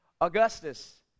Augustus